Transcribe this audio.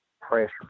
pressure